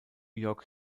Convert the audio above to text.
york